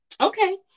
Okay